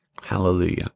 Hallelujah